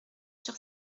sur